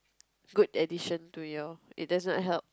good addition to your it does not help